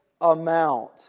amount